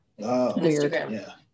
Instagram